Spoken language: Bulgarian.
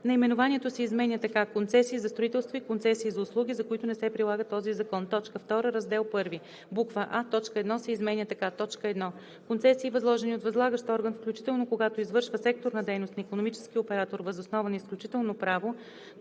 Наименованието се изменя така: „Концесии за строителство и концесии за услуги, за които не се прилага този закон“. 2. В раздел I: а) точка 1 се изменя така: „1. Концесии, възложени от възлагащ орган, включително когато извършва секторна дейност, на икономически оператор въз основа на изключително право,